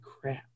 crap